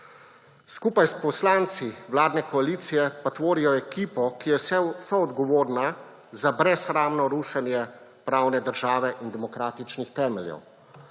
Skupaj s poslanci vladne koalicije pa tvorijo ekipo, ki je soodgovorna za brezsramno rušenje pravne države in demokratičnih temeljev,